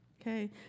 Okay